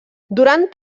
durant